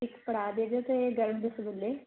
ਇੱਕ ਕੜਾਹ ਦੇ ਦਿਓ ਅਤੇ ਗਰਮ ਰਸਗੁੱਲੇ